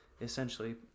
essentially